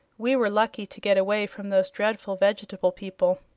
we were lucky to get away from those dreadful vegetable people.